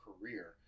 career